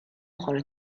بخوره